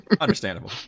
Understandable